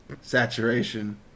saturation